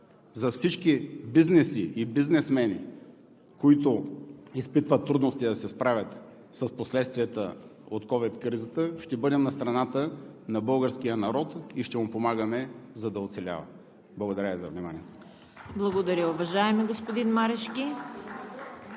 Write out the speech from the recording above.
за всички бизнеси и бизнесмени, които изпитват трудности да се справят с последствията от COVID кризата. Ще бъдем на страната на българския народ и ще му помагаме, за да оцелява. Благодаря Ви за вниманието. (Ръкопляскания